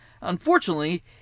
Unfortunately